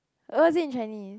oh was it in Chinese